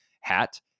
hat